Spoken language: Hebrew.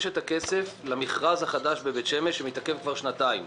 יש את הכסף למכרז החדש בבית שמש שמתעכב כבר שנתיים,